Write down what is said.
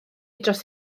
dros